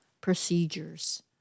procedures